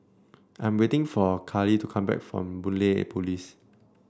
I'm waiting for Carley to come back from Boon Lay Police